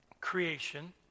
creation